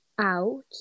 out